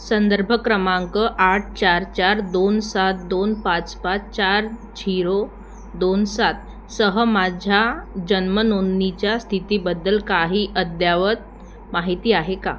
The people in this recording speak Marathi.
संदर्भ क्रमांक आठ चार चार दोन सात दोन पाच पाच चार झिरो दोन सातसह माझ्या जन्म नोंदणीच्या स्थितीबद्दल काही अद्ययावत माहिती आहे का